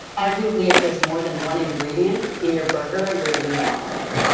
arguably, if there's more than one ingredient in your burger, you're eating the wrong thing